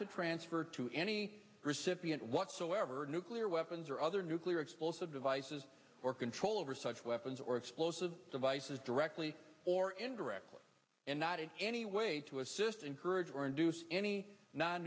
to transfer to any recipient whatsoever nuclear weapons or other nuclear explosive devices or control over such weapons or explosive devices directly or indirectly and not in any way to assist encourage or induce any non